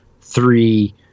three